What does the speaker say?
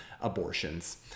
abortions